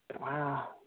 Wow